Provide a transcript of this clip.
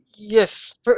Yes